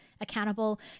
accountable